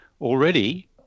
Already